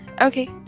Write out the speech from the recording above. Okay